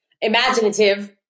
imaginative